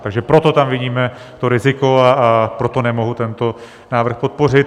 Takže proto tam vidíme to riziko a proto nemohu tento návrh podpořit.